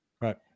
Right